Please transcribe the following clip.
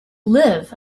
live